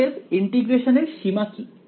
অতএব ইন্টিগ্রেশনের সীমা কি